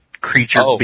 creature